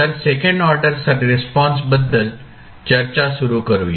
तर second order रिस्पॉन्सबद्दल चर्चा सुरू करूया